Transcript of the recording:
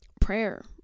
prayer